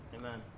Amen